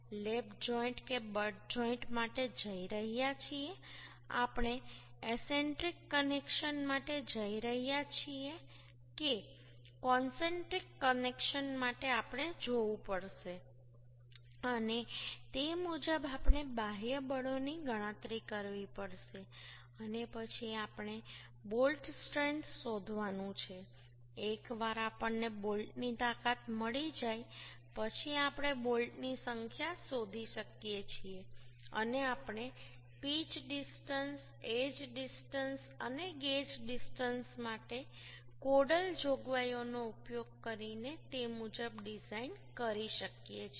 લેપ joint કે butt joint માટે જઈ રહ્યા છીએ આપણે એસેન્ટ્રિક કનેક્શન માટે જઈ રહ્યા છીએ કે કોન્સેન્ટ્રીક કનેક્શન માટે આપણે જોવું પડશે અને તે મુજબ આપણે બાહ્ય બળોની ગણતરી કરવી પડશે અને પછી આપણે બોલ્ટ સ્ટ્રેન્થ શોધવાનું છે એકવાર આપણને બોલ્ટની તાકાત મળી જાય પછી આપણે બોલ્ટની સંખ્યા શોધી શકીએ છીએ અને આપણે પીચ ડિસ્ટન્સ એજ ડિસ્ટન્સ અને ગેજ ડિસ્ટન્સ માટે કોડલ જોગવાઈઓનો ઉપયોગ કરીને તે મુજબ ડિઝાઇન કરી શકીએ છીએ